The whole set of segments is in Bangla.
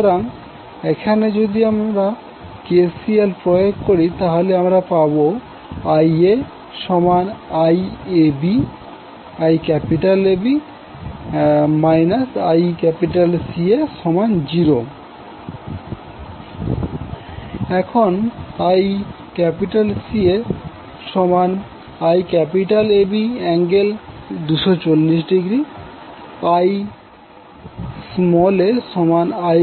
সুতরাং এখানে যদি আমরা KCL প্রয়োগ করি তাহলে আমরা পাবো যে IaIAB ICA0 এখন ICAIAB∠ 240° IaIAB ICAIAB1 1∠ 240° IAB105 j0866IAB3∠ 30°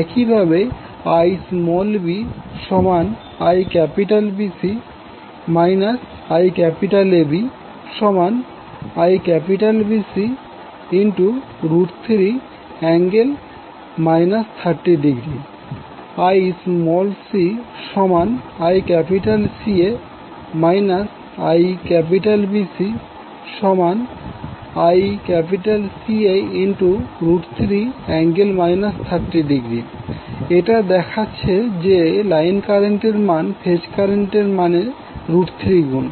একইভাবে IbIBC IABIBC3∠ 30° IcICA IBCICA3∠ 30° এটা দেখাছে যে লাইন কারেন্টের মান ফেজ কারেন্টের মানের 3গুণ